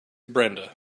brenda